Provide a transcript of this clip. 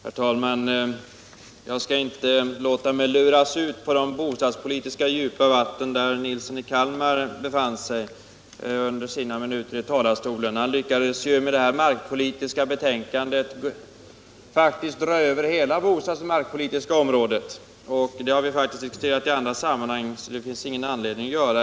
Herr talman! Jag skall inte låta mig luras ut på de bostadspolitiskt djupa vatten som herr Nilsson i Kalmar rörde sig i under sina minuter i talarstolen. Han lyckades ju att med det markpolitiska betänkandet svepa över hela det bostadsoch markpolitiska området. De sakerna har vi diskuterat i andra sammanhang, och det finns ingen anledning att göra det nu.